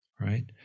Right